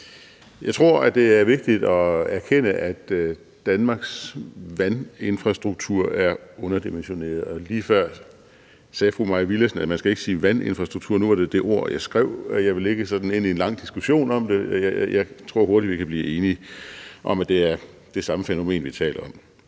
Jeg tror, det er vigtigt at erkende, at Danmarks vandinfrastruktur er underdimensioneret – lige før sagde fru Mai Villadsen, at man ikke skal sige vandinfrastruktur, men nu er det det ord, jeg skrev, og jeg vil ikke sådan ind i en lang diskussion om det, for jeg tror hurtigt vi kan blive enige om, at det er det samme fænomen, vi taler om.